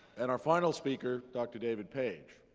and our final speaker, dr. david page.